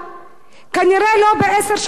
כנראה לא בעשר השנים הקרובות,